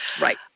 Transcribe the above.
Right